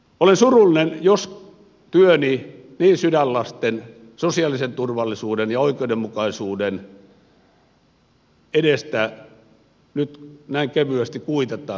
olen surullinen jos työni niin sydänlasten sosiaalisen turvallisuuden ja oikeudenmukaisuuden edestä nyt näin kevyesti kuitataan